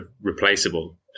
replaceable